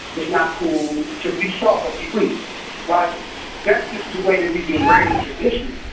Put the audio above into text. it's not cool to be soft or be weak, right? that's just the way that we've been raised traditionally.